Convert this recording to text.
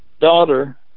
daughter